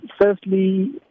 firstly